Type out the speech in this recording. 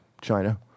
China